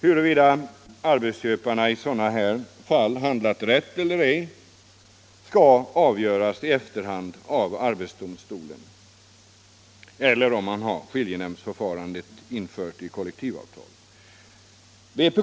Huruvida arbetsköparna i sådana fall handlat rätt eller ej skall avgöras i efterhand av arbetsdomstolen, såvida man inte har skiljenämndsförfarande infört i kollektivavtalet.